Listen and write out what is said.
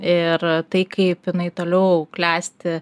ir tai kaip jinai toliau klesti